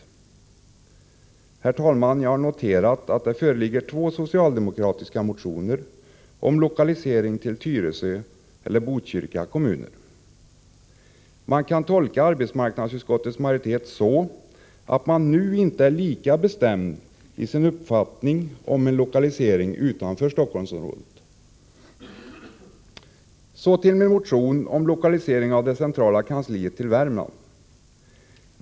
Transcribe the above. Herr talman! Jag har noterat att det föreligger två socialdemokratiska motioner om lokalisering till Tyresö eller Botkyrka kommuner. Man kan tolka arbetsmarknadsutskottets majoritet så att man nu inte är lika bestämd i sin uppfattning om en lokalisering utanför Stockholmsområdet. Så till min motion om lokalisering av det centrala kansliet till Värmland.